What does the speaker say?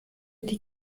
die